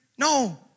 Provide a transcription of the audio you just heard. No